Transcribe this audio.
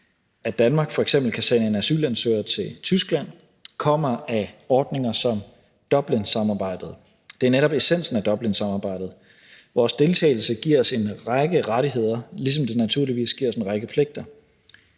at Danmark f.eks. kan sende en asylansøger til Tyskland, kommer af ordninger som Dublinsamarbejdet. Det er netop essensen af Dublinsamarbejdet. Vores deltagelse giver os en række rettigheder, ligesom det naturligvis giver os en række pligter.